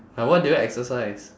like what do you exercise